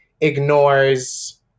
ignores